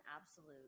absolute